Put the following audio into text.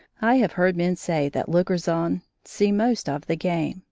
i have heard men say that lookers-on see most of the game,